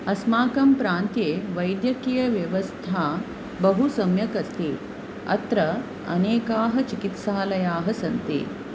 अस्माकं प्रान्त्ये वैद्यकीयव्यवस्था बहु सम्यक् अस्ति अत्र अनेकाः चिकित्सालयाः सन्ति